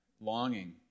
longing